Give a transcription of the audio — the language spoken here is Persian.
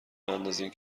نندازین